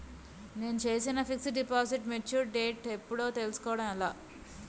నేను చేసిన fixed deposit mature date ఎప్పుడో తెల్సుకోవడం ఎలా?